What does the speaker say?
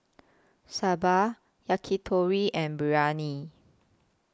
Sambar Yakitori and Biryani